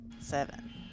Seven